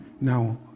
Now